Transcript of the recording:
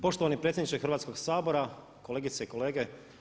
Poštovani predsjedniče Hrvatskog sabora, kolegice i kolege.